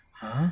!huh!